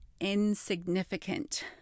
insignificant